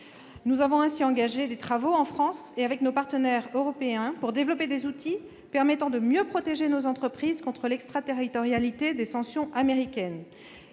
Nous avons ainsi engagé des travaux, en France et avec nos partenaires européens, pour développer des outils permettant de mieux protéger nos entreprises contre l'extraterritorialité des sanctions américaines.